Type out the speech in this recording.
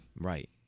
Right